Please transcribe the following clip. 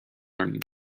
learning